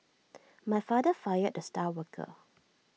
my father fired the star worker